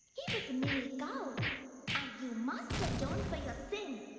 he was a male cow and you must atone for your sin.